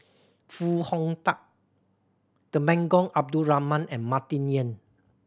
Foo Hong Tatt Temenggong Abdul Rahman and Martin Yan